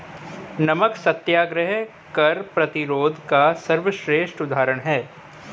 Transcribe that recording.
नमक सत्याग्रह कर प्रतिरोध का सर्वश्रेष्ठ उदाहरण है